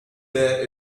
there